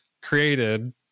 created